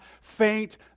faint